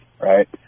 right